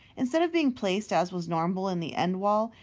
instead of being placed, as was normal, in the end wall,